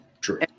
True